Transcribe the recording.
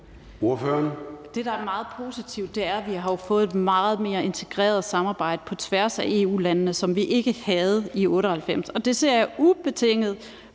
Det, der er meget positivt, er, at vi jo har fået et meget mere integreret samarbejde på tværs af EU-landene, som vi ikke havde i 1998, og det ser jeg som ubetinget